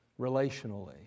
relationally